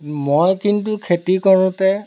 মই কিন্তু খেতি কৰোঁতে